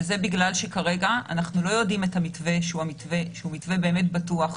וזה בגלל שכרגע אנחנו לא יודעים את המתווה שהוא באמת בטוח.